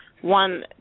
one